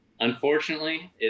Unfortunately